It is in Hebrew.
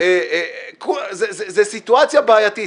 זו סיטואציה בעייתית.